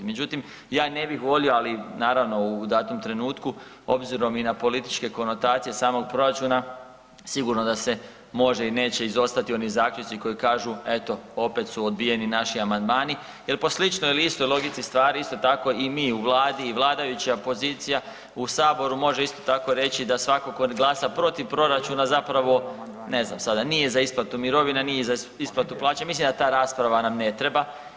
Međutim, ja ne bih volio ali naravno u datom trenutku obzirom i na političke konotacije samog proračuna sigurno da se može i neće izostati oni zaključci koji kažu eto opet su odbijeni naši amandmani, jer po sličnoj ili istoj logici stvari isto tako i mi u Vladi i vladajuća pozicija u saboru može isto tako reći da svako tko glasa protiv proračuna zapravo ne znam sada, nije za isplatu mirovina, nije za isplatu plaće, mislim da ta rasprava nam ne treba.